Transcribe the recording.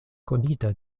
konita